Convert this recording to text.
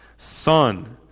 Son